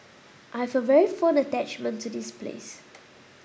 I have a very fond attachment to this place